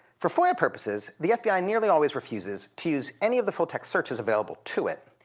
for foia purposes, the fbi nearly always refuses to use any of the full-text searches available to it,